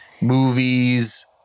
Movies